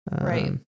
Right